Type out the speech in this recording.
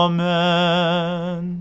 Amen